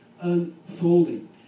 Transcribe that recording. unfolding